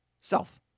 Self